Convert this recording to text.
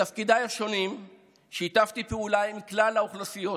בתפקידיי השונים שיתפתי פעולה עם כלל האוכלוסיות,